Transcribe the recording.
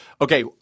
Okay